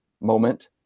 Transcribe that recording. moment